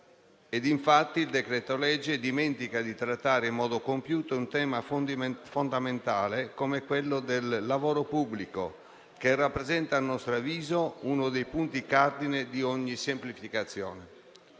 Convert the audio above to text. Il provvedimento dimentica di trattare in modo compiuto un tema fondamentale come quello del lavoro pubblico, che rappresenta - a nostro avviso - uno dei punti cardine di ogni semplificazione.